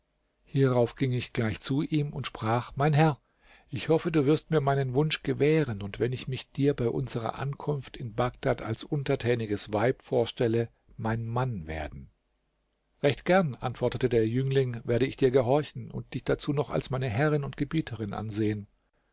hierauf ging ich gleich zu ihm und sprach mein herr ich hoffe du wirst mir meinen wunsch gewähren und wenn ich mich dir bei unserer ankunft in bagdad als untertäniges weib vorstelle mein mann werden recht gern antwortete der jüngling werde ich dir gehorchen und dich dazu noch als meine herrin und gebieterin ansehen